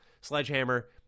Sledgehammer